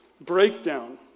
breakdown